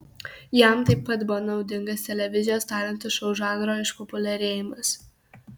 jam taip pat buvo naudingas televizijos talentų šou žanro išpopuliarėjimas